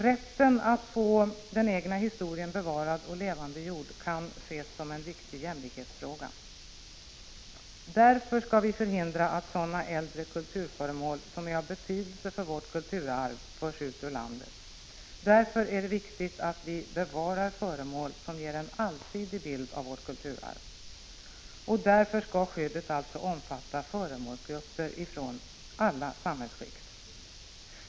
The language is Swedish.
Rätten att få den egna historien bevarad och levandegjord kan ses som en viktig jämlikhetsfråga. Därför skall vi förhindra att sådana äldre kulturföremål som är av ” betydelse för vårt kulturarv förs ut ur landet. Därför är det viktigt att vi bevarar föremål som ger en allsidig bild av vårt kulturarv. Därför skall skyddet alltså omfatta föremålsgrupper från alla samhällsskikt.